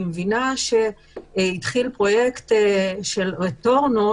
אני מבינה שהתחיל פרויקט של "רטורנו",